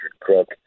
Crook